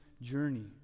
journey